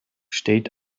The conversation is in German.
steht